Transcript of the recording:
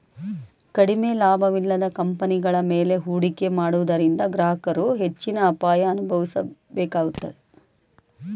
ಕಡಿಮೆ ಲಾಭವಿಲ್ಲದ ಕಂಪನಿಗಳ ಮೇಲೆ ಹೂಡಿಕೆ ಮಾಡುವುದರಿಂದ ಗ್ರಾಹಕರು ಹೆಚ್ಚಿನ ಅಪಾಯ ಅನುಭವಿಸಬೇಕಾಗುತ್ತದೆ